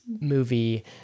movie